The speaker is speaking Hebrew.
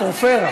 פורפרה.